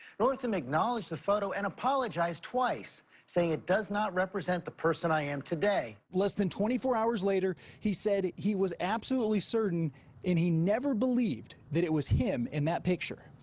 northam acknowledged the photo and apologized twice, saying it does not represent the person i am today. less than twenty four hours later, he said he was absolutely certain and he never believed that it was him in that picture.